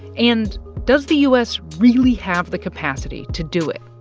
and does the u s. really have the capacity to do it?